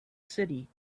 city